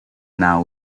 now